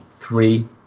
three